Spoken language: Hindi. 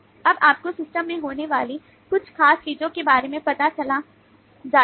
तब आपको सिस्टम में होने वाली कुछ खास चीजों के बारे में पता चल जाता था